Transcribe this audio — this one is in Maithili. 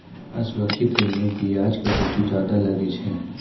असुरक्षित ऋण मे बियाज कटौती जादा लागै छै